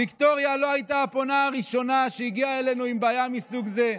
"ויקטוריה לא הייתה הפונה הראשונה שהגיעה אלינו עם בעיה מסוג זה".